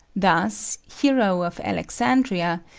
thus, hero of alexandria,